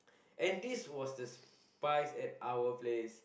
and this was the spize at our place